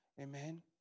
amen